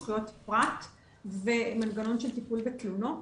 זכויות פרט ומנגנון של טיפול בתלונות,